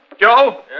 Joe